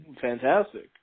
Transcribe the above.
Fantastic